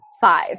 five